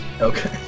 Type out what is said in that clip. Okay